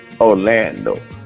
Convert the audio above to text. orlando